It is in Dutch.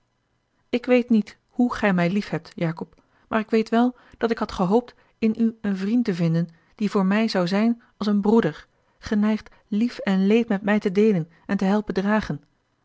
ik weet niet hoe gij mij liefhebt jacob maar ik weet wel dat ik had gehoopt in u een vriend te vinden die voor mij zou zijn als een broeder geneigd lief en leed met mij te deelen en te helpen dragen